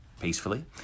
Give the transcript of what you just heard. peacefully